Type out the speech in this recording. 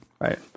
Right